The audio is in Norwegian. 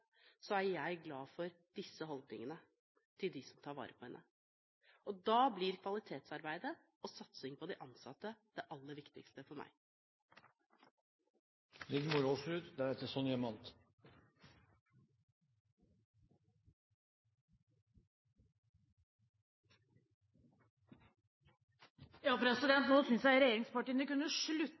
er jeg glad for at de som tar vare på henne, har disse holdningene. Da blir kvalitetsarbeidet og satsingen på de ansatte det aller viktigste for meg. Nå synes jeg regjeringspartiene kunne slutte